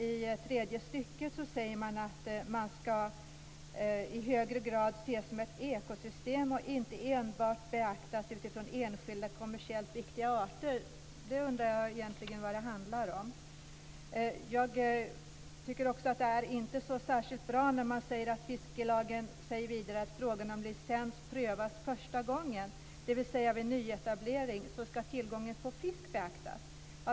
I tredje stycket heter det: Fisket måste "i högre grad ses som ett ekosystem och inte enbart beaktas utifrån enskilda kommersiellt viktiga arter". Jag undrar vad detta handlar om. Jag tycker inte heller att följande uttalande är särskilt bra: "Fiskelagen säger vidare att när frågan om licens prövas första gången, dvs. vid nyetablering, ska tillgången på fisk beaktas."